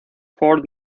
ford